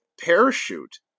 parachute